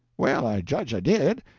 well, i judge i did.